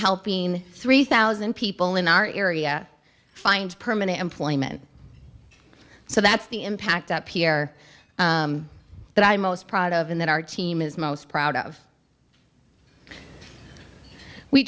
helping three thousand people in our area find permanent employment so that's the impact up here that i'm most proud of in that our team is most proud of we